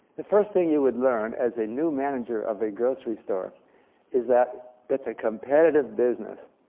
the first thing you would learn as a new manager of a grocery store is that it's a competitive business.